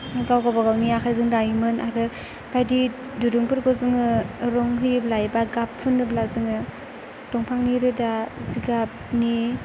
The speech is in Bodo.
गावबा गाव गावनि आखाइजों दायोमोन आरो बायदि दिरुंफोरखौ जोङो रं होयोब्ला एबा गाब फुनोब्ला जोङो दंफांनि रोदा जिगाबनि